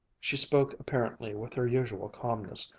she spoke apparently with her usual calmness,